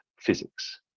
physics